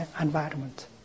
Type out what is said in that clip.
environment